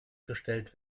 gestellt